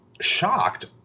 shocked